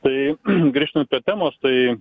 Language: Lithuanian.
tai grįžtant prie temos tai